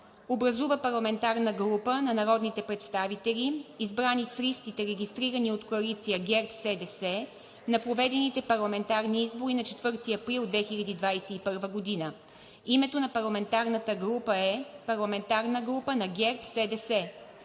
Образува парламентарна група на народните представители, избрани с листите, регистрирани от коалиция „ГЕРБ-СДС“ на проведените парламентарни избори на 4 април 2021 г. Името на парламентарната група е „Парламентарна група на „ГЕРБ-СДС“.